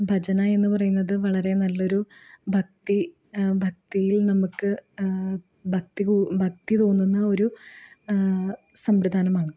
ഭജന എന്ന് പറയുന്നത് വളരെ നല്ലൊരു ഭക്തി ഭക്തിയിൽ നമുക്ക് ഭക്തി ഭക്തി തോന്നുന്ന ഒരു സമ്പ്രദായമാണ്